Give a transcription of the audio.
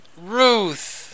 Ruth